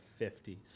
50s